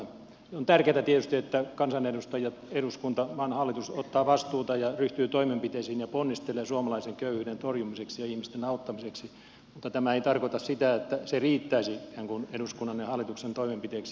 on tietysti tärkeätä että kansanedustajat eduskunta ja maan hallitus ottavat vastuuta ja ryhtyvät toimenpiteisiin ja ponnistelevat suomalaisen köyhyyden torjumiseksi ja ihmisten auttamiseksi mutta tämä ei tarkoita sitä että se riittäisi ikään kuin eduskunnan ja hallituksen toimenpiteiksi